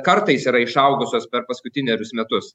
kartais yra išaugusios per paskutinerius metus